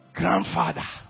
grandfather